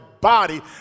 body